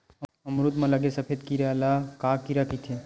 अमरूद म लगे सफेद कीरा ल का कीरा कइथे?